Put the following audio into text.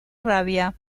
rabia